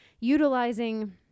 utilizing